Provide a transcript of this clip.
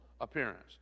appearance